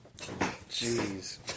Jeez